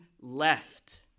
left